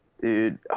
Dude